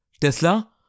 Tesla